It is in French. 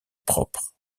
propre